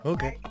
Okay